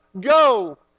go